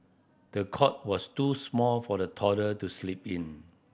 the cot was too small for the toddler to sleep in